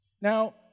Now